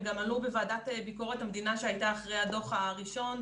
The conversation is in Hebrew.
גם עלו בדיון של הוועדה לביקורת המדינה שהייתה אחרי הדוח הראשון.